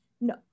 no